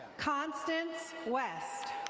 constance west.